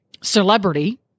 celebrity